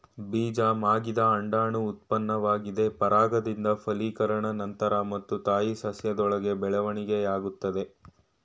ಬೀಜ ಮಾಗಿದ ಅಂಡಾಣು ಉತ್ಪನ್ನವಾಗಿದೆ ಪರಾಗದಿಂದ ಫಲೀಕರಣ ನಂತ್ರ ಮತ್ತು ತಾಯಿ ಸಸ್ಯದೊಳಗೆ ಬೆಳವಣಿಗೆಯಾಗ್ತದೆ